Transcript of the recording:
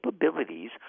capabilities